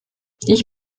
ich